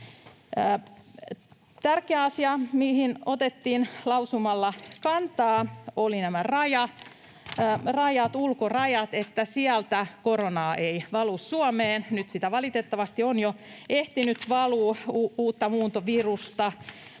Tärkeä asia, mihin otettiin lausumalla kantaa, oli nämä ulkorajat, että sieltä koronaa ei valu Suomeen. Nyt sitä valitettavasti on jo ehtinyt valua, uutta muuntovirusta,